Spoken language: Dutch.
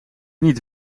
niet